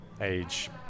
age